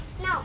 No